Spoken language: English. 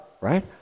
right